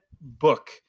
book